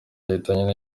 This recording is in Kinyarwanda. yahitanywe